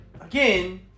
again